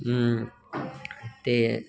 अं ते